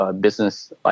business